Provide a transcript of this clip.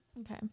okay